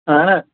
اَہَن حظ